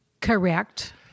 Correct